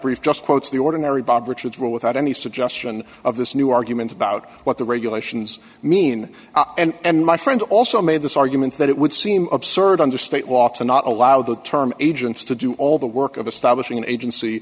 just quotes the ordinary bob richards rule without any suggestion of this new argument about what the regulations mean and my friend also made this argument that it would seem absurd under state law to not allow the term agents to do all the work of establishing an agency